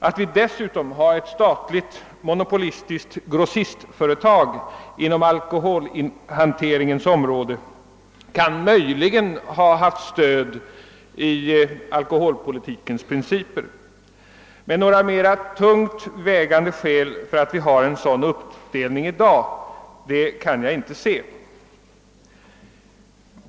Att vi dessutom har ett statligt monopolistiskt grossistföretag inom alkoholhanteringens område kan möjligen ha haft stöd i de alkoholpolitiska principerna, men jag kan inte finna att det i dag föreligger några mera tungt vägande skäl för en sådan uppdelning.